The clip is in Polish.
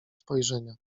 spojrzenia